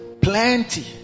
plenty